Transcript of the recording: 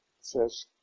says